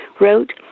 wrote